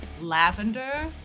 lavender